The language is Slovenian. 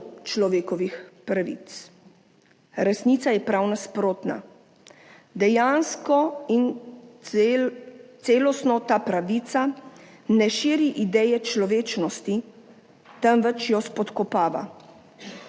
človekovih pravic. Resnica je prav nasprotna, dejansko in celostno ta pravica ne širi ideje človečnosti, temveč jo spodkopava.